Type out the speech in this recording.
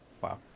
Wow